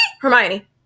Hermione